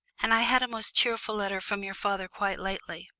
and i had a most cheerful letter from your father quite lately.